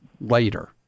later